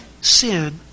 sin